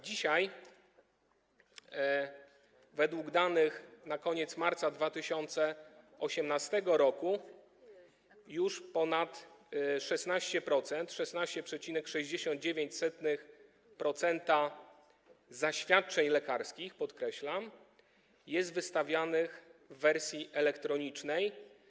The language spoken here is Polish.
Dzisiaj według danych na koniec marca 2018 r. już ponad 16%, dokładnie 16,69% zaświadczeń lekarskich, podkreślam, jest wystawianych w wersji elektronicznej.